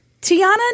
Tiana